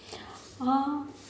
(Uh huh)